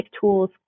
tools